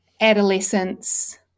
adolescence